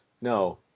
No